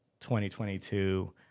2022